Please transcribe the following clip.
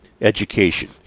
education